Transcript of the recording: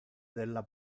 della